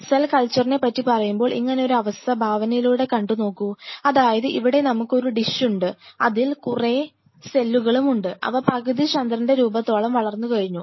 cell കൾച്ചറിനെ പറ്റി പറയുമ്പോൾ ഇങ്ങനെ ഒരു അവസ്ഥ ഭാവനയിലൂടെ കണ്ട് നോക്കൂ അതായത് ഇവിടെ നമുക്ക് ഒരു ഡിഷ് ഉണ്ട് അതിൽ നമുക്ക് കുറെ സെല്ലുകളും ഉണ്ട് അവ പകുതി ചന്ദ്രൻറെ രൂപത്തോളം വളർന്നുകഴിഞ്ഞു